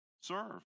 Serve